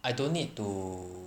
I don't need to